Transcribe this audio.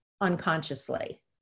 unconsciously